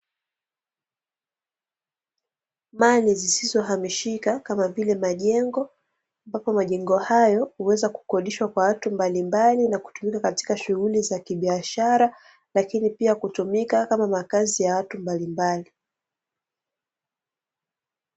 Mali zisizohamishika kama vile majengo, ambapo majengo hayo huweza kukodishwa kwa watu mbalimbali, na kutumika katika shughuli za kibiashara, lakini pia kutumika kama makazi ya watu mbalimbali.